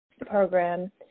program